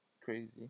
crazy